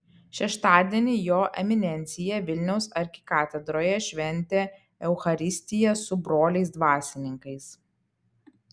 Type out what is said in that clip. šeštadienį jo eminencija vilniaus arkikatedroje šventė eucharistiją su broliais dvasininkais